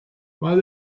mae